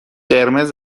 قرمز